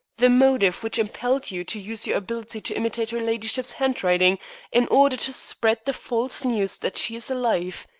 the motive which impelled you to use your ability to imitate her ladyship's handwriting in order to spread the false news that she is alive.